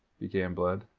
began blood.